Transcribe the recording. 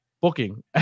booking